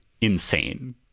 insane